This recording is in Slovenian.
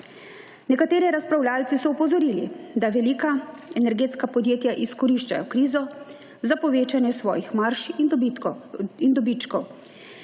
Nekateri razpravljavci so opozorili, da velika energetska podjetja izkoriščajo krizo za povečevanje svojih marž in dobičkov.